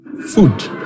food